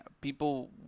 people